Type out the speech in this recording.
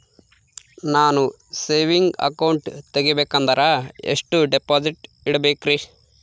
ನಾನು saving account ತೆಗಿಬೇಕಂದರ ಎಷ್ಟು ಡಿಪಾಸಿಟ್ ಇಡಬೇಕ್ರಿ?